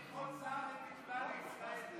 צריך עוד שר לתקווה לישראל.